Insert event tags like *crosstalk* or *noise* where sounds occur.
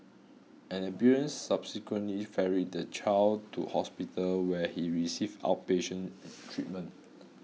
an ambulance subsequently ferried the child to hospital where he received outpatient *hesitation* treatment